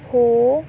ਹੋ